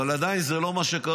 אבל עדיין, זה לא מה שקרה,